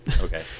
okay